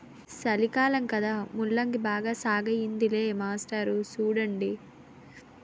సలికాలం కదా ముల్లంగి బాగా సాగయ్యిందిలే మాస్టారు సూడండి